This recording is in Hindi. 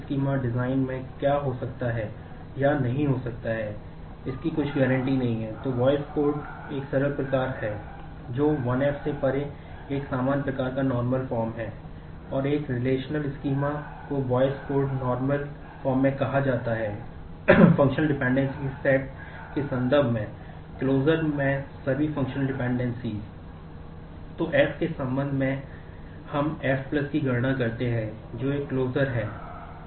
इसलिए इस पर हम चर्चा करते हैं